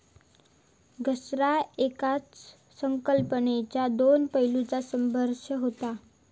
घसारा येकाच संकल्पनेच्यो दोन पैलूंचा संदर्भ देता